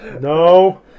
No